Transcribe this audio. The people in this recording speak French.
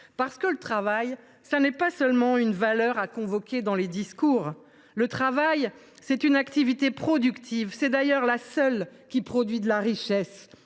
Le travail n’est pas seulement une valeur à convoquer dans les discours : c’est une activité productive, d’ailleurs la seule qui produit de la richesse.